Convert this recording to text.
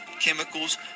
Chemicals